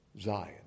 Zion